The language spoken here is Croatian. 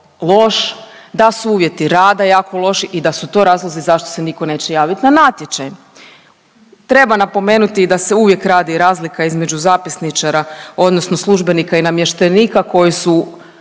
da su uvjeti rada jako loši i da su to razlozi zašto se nitko neće javiti na natječaj. Treba napomenuti da se uvijek radi razlika između zapisničara, odnosno službenika i namještenika koji su